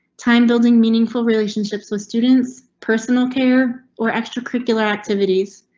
time building meaningful relationships with students, personal care or extracurricular activities.